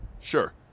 Sure